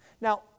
Now